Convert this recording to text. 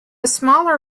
smaller